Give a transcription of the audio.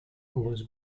was